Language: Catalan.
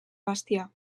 bestiar